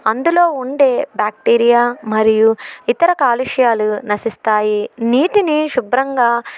అందులో ఉండే బ్యాక్టీరియా మరియు ఇతర కాలుష్యాలు నశిస్తాయి నీటిని శుభ్రంగా